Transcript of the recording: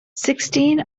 sixteen